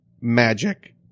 magic